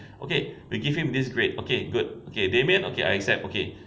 okay we give him this grade okay good okay damian I accept okay